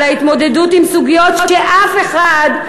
על ההתמודדות עם סוגיות שאף אחד,